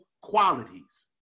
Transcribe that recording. qualities